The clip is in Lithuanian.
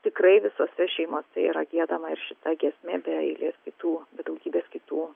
tikrai visose šeimose yra giedama ir šita giesmė be eilės kitų daugybės kitų